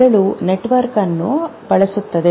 ಮೆದುಳು ನೆಟ್ವರ್ಕ್ ಅನ್ನು ಬಳಸುತ್ತದೆ